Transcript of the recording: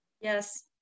Yes